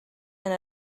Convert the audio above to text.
and